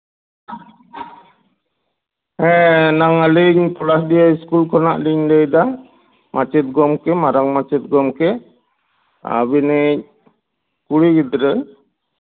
ᱦᱮᱸ ᱟᱞᱤᱧ ᱯᱚᱞᱟᱥᱰᱤᱦᱟᱹ ᱤᱥᱠᱩᱞ ᱠᱷᱚᱱᱟᱜ ᱞᱤᱧ ᱞᱟᱹᱭᱫᱟ ᱢᱟᱪᱮᱫ ᱜᱚᱝᱠᱮ ᱢᱟᱨᱟᱝ ᱢᱟᱪᱮᱫ ᱜᱚᱝᱠᱮ ᱟᱵᱤᱱᱤᱡ ᱠᱩᱲᱤ ᱜᱤᱫᱽᱨᱟᱹ